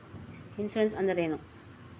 Insurance ಅಂದ್ರೇನು?